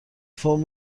فرم